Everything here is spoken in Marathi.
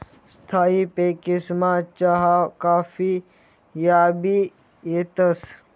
स्थायी पिकेसमा चहा काफी याबी येतंस